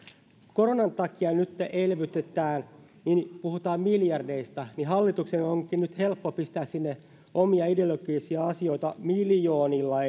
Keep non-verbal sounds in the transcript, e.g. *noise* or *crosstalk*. koronan takia nytten elvytetään niin puhutaan miljardeista ja hallituksen onkin nyt helppo pistää sinne omia ideologisia asioita miljoonilla *unintelligible*